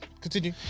continue